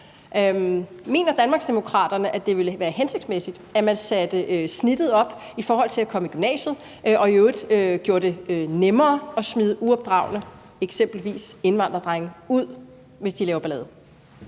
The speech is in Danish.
Mener Danmarksdemokraterne, at det ville være hensigtsmæssigt, at man satte snittet for at kunne komme i gymnasiet op og i øvrigt gjorde det nemmere at smide eksempelvis uopdragne indvandrerdrenge ud, hvis de laver ballade?